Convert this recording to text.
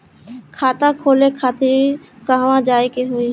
खाता खोले खातिर कहवा जाए के होइ?